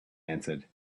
answered